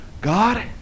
God